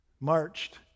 marched